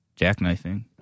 jackknifing